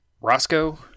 Roscoe